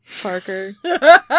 Parker